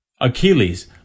Achilles